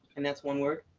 and that's one word,